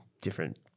different